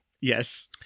Yes